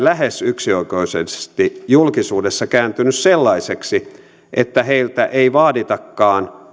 lähes yksioikoisesti julkisuudessa kääntynyt sellaiseksi että heiltä ei vaaditakaan